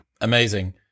amazing